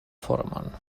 formon